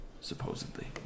supposedly